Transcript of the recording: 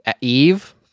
Eve